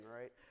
right